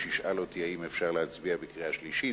ישאל אותי אם אפשר להצביע בקריאה שלישית,